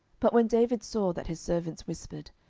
but when david saw that his servants whispered,